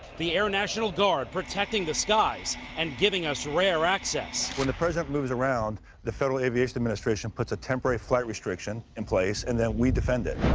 the air national guard protecting the skies and giving us rare access. when the president moves around, the federal aviation administration puts a temporary flight restriction in place and we defend it.